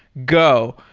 go.